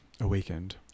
awakened